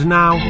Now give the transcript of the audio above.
now